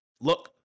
look